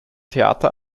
theater